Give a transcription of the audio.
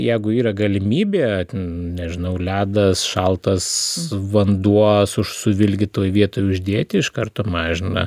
jeigu yra galimybė nežinau ledas šaltas vanduo suvilgyt toj vietoj uždėti iš karto mažina